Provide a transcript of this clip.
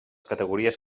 categories